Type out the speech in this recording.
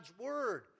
word